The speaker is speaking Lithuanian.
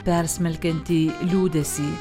persmelkiantį liūdesį